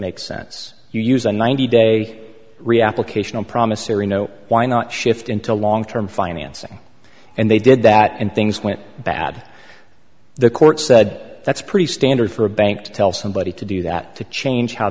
make sense you use the ninety day re application promissary no why not shift into long term financing and they did that and things went bad the court said that's pretty standard for a bank to tell somebody to do that to change how